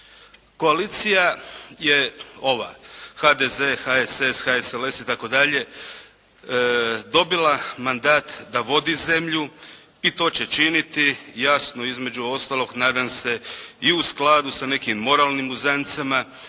Koalicija je ova, HDZ, HSS, HSLS itd., dobila mandat da vodi zemlju i to će činiti jasno između ostalog nadam se i u skladu sa nekim moralnim uzancama